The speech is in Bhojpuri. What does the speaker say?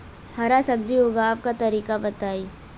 हरा सब्जी उगाव का तरीका बताई?